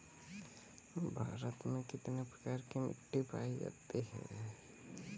भारत में कितने प्रकार की मिट्टी पायी जाती है?